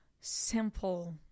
simple